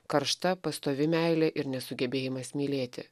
karšta pastovi meilė ir nesugebėjimas mylėti